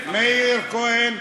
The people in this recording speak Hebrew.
מאיר כהן,